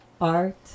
art